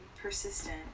persistent